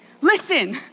listen